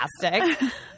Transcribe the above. fantastic